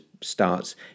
starts